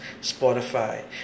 Spotify